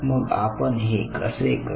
मग आपण हे कसे करु